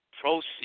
proceed